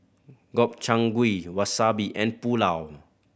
Gobchang Gui Wasabi and Pulao